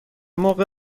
موقع